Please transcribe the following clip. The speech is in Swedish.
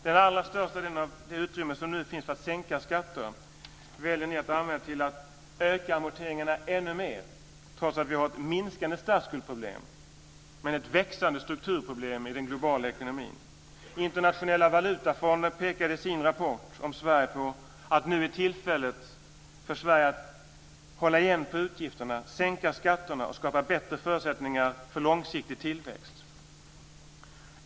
Den allra största delen av det utrymme som nu finns för att sänka skatter väljer ni att använda för att öka amorteringarna ännu mera, trots att vi har ett minskande statsskuldsproblem men ett växande strukturproblem i den globala ekonomin. Internationella valutafonden pekade på i sin rapport om Sverige att nu är tillfället för Sverige att hålla igen på utgifterna, sänka skatterna och skapa bättre förutsättningar för långsiktig tillväxt.